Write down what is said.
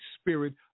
Spirit